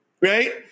Right